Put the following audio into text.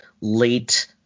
late